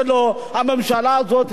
לא ראויים לאמון כלל וכלל.